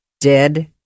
Dead